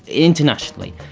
internationally.